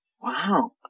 Wow